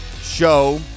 show